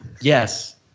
Yes